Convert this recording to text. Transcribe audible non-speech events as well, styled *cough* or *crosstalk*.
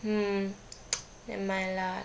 hmm *noise* nevermind lah